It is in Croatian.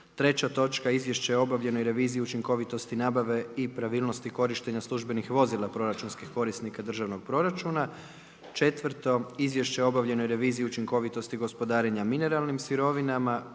Treća točka: 3. Izvješće o obavljenoj reviziji učinkovitosti nabave i pravilnosti korištenja službenih vozila proračunskih korisnika državnog proračuna, 4. Izvješće o obavljenoj reviziji učinkovitosti gospodarenja mineralnim sirovinama,